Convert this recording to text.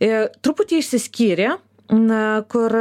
i truputį išsiskyrė na kur